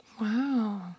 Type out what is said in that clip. Wow